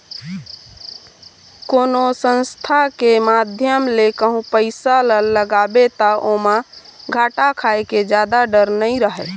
कोनो संस्था के माध्यम ले कहूँ पइसा ल लगाबे ता ओमा घाटा खाय के जादा डर नइ रहय